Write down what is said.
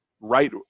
right